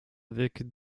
avec